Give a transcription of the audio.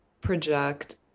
project